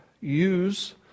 Use